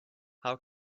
how